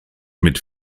mit